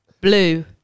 blue